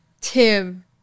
Tim